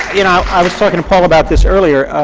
you know, i was talking to paula about this earlier